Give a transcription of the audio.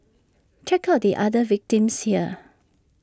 check out the other victims here